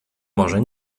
może